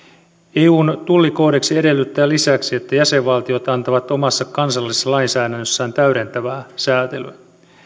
eun tullikoodeksi edellyttää lisäksi että jäsenvaltiot antavat omassa kansallisessa lainsäädännössään täydentävää säätelyä